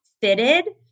fitted